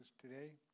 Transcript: today